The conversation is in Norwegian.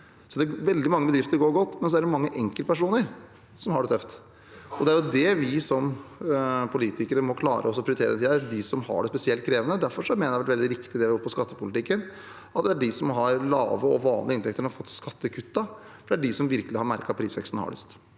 Veldig mange bedrifter går godt, men så er det mange enkeltpersoner som har det tøft. Det er da vi som politikere må klare å prioritere dem som har det spesielt krevende. Derfor mener jeg det er veldig riktig det vi har gjort i skattepolitikken, der de som har lave og vanlige inntekter, har fått skattekuttene – det er de som virkelig har merket prisveksten hardest.